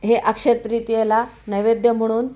हे अक्षय्यतृतीयेला नैवेद्य म्हणून